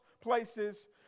places